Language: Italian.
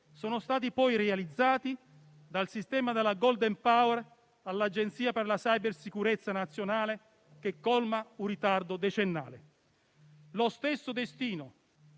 sono stati poi realizzati dal sistema della *golden power* all'Agenzia per la cybersicurezza nazionale che colma un ritardo decennale. Lo stesso destino